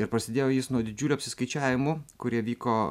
ir prasidėjo jis nuo didžiulių apsiskaičiavimų kurie vyko